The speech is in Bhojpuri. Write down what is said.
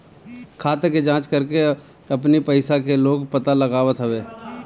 खाता के जाँच करके अपनी पईसा के लोग पता लगावत हवे